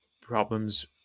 problems